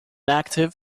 active